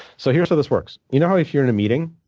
so here's how this works. you know how if you're in a meeting,